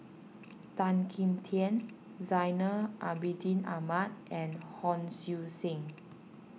Tan Kim Tian Zainal Abidin Ahmad and Hon Sui Sen